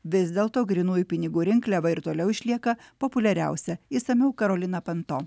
vis dėlto grynųjų pinigų rinkliava ir toliau išlieka populiariausia išsamiau karolina panto